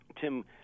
Tim